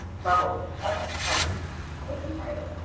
levels of of public and private